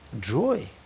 joy